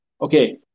Okay